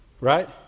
Right